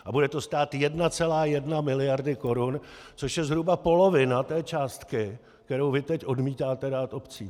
A bude to stát 1,1 mld. korun, což je zhruba polovina té částky, kterou vy teď odmítáte dát obcím.